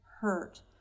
hurt